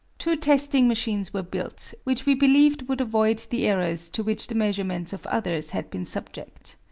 two testing machines were built, which we believed would avoid the errors to which the measurements of others had been subject.